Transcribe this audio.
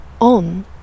on